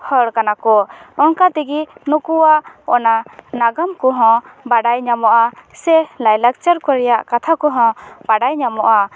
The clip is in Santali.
ᱦᱚᱲ ᱠᱟᱱᱟ ᱠᱚ ᱚᱱᱠᱟ ᱛᱮᱜᱮ ᱱᱩᱠᱩᱣᱟᱜ ᱚᱱᱟ ᱱᱟᱜᱟᱢ ᱠᱚᱦᱚᱸ ᱵᱟᱰᱟᱭ ᱧᱟᱢᱚᱜᱼᱟ ᱥᱮ ᱞᱟᱭᱞᱟᱠᱪᱟᱨ ᱠᱚ ᱨᱮᱭᱟᱜ ᱠᱟᱛᱷᱟ ᱠᱚᱦᱚᱸ ᱵᱟᱰᱟᱭ ᱧᱟᱢᱚᱜᱼᱟ